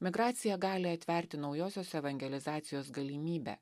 migracija gali atverti naujosios evangelizacijos galimybę